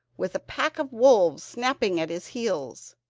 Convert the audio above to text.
with a pack of wolves snapping at his heels.